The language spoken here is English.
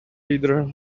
leader